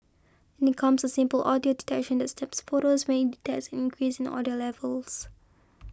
in comes a simple audio detection that snaps photos when it detects increase in audio levels